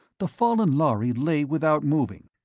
the fallen lhari lay without moving.